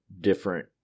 different